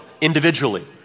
individually